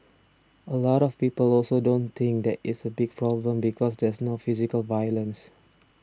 a lot of people also don't think that it's a big problem because there's no physical violence